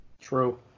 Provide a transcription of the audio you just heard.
True